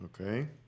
Okay